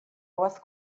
was